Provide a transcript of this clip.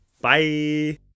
Bye